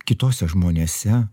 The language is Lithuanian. kituose žmonėse